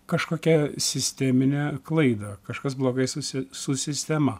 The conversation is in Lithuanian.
kažkokią sisteminę klaidą kažkas blogai susi su sistema